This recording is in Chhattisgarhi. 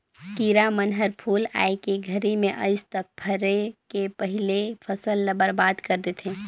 किरा मन हर फूल आए के घरी मे अइस त फरे के पहिले फसल ल बरबाद कर देथे